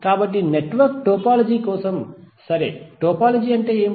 కాబట్టి నెట్వర్క్ అనేది టోపోలాజీ కోసం సరే టోపోలాజీ అంటే ఏమిటి